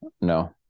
no